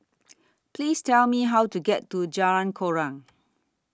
Please Tell Me How to get to Jalan Koran